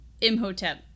imhotep